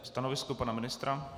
Stanovisko pana ministra?